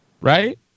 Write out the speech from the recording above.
Right